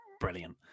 brilliant